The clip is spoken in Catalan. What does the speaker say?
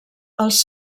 els